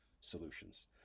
solutions